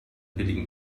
billigen